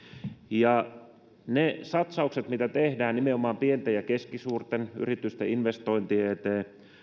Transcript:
ja ne satsaukset mitä tehdään nimenomaan pienten ja keskisuurten yritysten investointien eteen